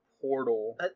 portal